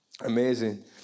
Amazing